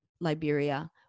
Liberia